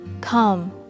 Come